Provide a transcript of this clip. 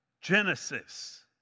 Genesis